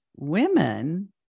women